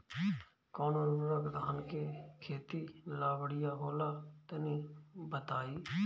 कौन उर्वरक धान के खेती ला बढ़िया होला तनी बताई?